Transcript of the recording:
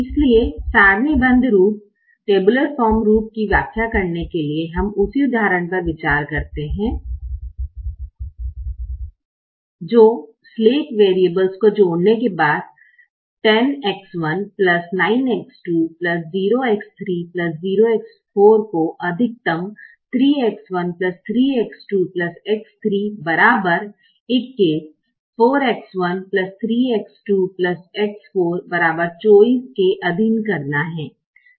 इसलिए सारणीबद्ध रूप टेबुलर फॉर्म रूप की व्याख्या करने के लिए हम उसी उदाहरण पर विचार करते हैं जो स्लैक वेरियाब्लेस को जोड़ने के बाद 10X1 9X2 0X3 0X4 को अधिकतम 3X13X2X3 21 4X13X2X4 24 के अधीन करना है